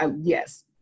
yes